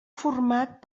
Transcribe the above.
format